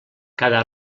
cada